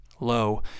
Low